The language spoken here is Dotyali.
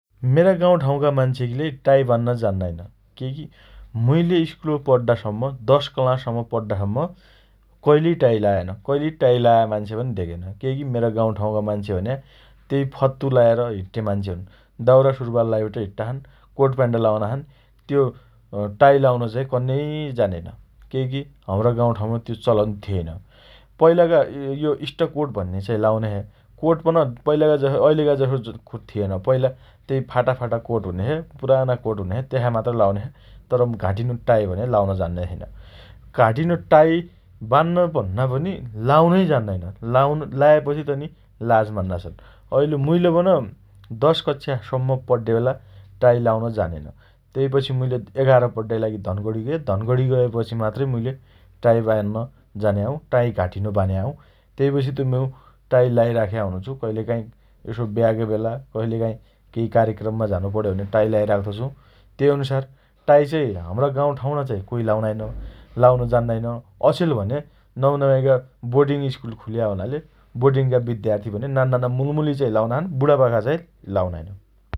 मेरा गाउँ ठाउँका मान्छेगिलेई टाइ बान्न जान्नाइन । केइकी मुइले स्कुल पड्डासम्म १० क्लाससम्म पड्डासम्म कहिलै टाइ लाएन । कहिलै टाइ लाया मान्छेपन धेगेन । केइकी मेरा गाउँठाउँका मान्छे भन्या तेइ फत्तु लाएर हिट्टे मान्छे हुन् । दाउरा सुरुवाल लाइबट हिट्टा छन् । कोट प्वाइन्ट लाउना छन् । त्यो अँ टाइ लाउन चाहीँ कन्नेइ जानेन । केइकी हम्रा गाउँठाउँमा त्यो चलन थिएन । पहिलाका यो स्टकोट भन्ने चाइ लाउने छे । कोट पन पहिलाको जसो अहिलेका जसो थिएन । पहिला तेइ फाटा फाटा कोट हु्नेछे । पुराना कोट हुनेछ । तेसा मात्र लाउने छे । तर घाँटीनो टाइ भने लाउन जान्न छेइन । घाँटीनो टाइ बान्न भन्ना पनि लाउनै जान्नाइन । लाउन लाएपछि तनि लाज मान्ना छन् । अहिल मुइल पन १० कक्षासम्म पड्डे बेला टाइ लाउन जानेनन । तेइपछि मुइले ११ पड्डाइ लागि धनगढी गए धनगढी गएपछि मात्रै मुइले टाइ बान्न जान्या हुँ । टाइ घाँटीनो बान्या हुँ । तेइपछि त मु टाइ लाइराख्या हुनोछु । कहिलेकाहीँ यसो ब्याका बेला कहिले केइ कार्यक्रममा झानो पण्यो भने टाइ लाइ राख्तो छु । तेइ अनुसार टाइ चाइ हम्रा गाउँठाउम्णा कोइ लाउनाइन । लाउन जान्नाइन । अछेल भने नम्नमाइका बोडिङ स्कुल खुल्या हुनाले बोर्डिङका विद्यार्थी भने नान्नाना मुलमुली चाही लाउना छन् बुढापाका चाइ लाउनाइन ।